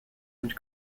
and